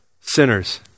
sinners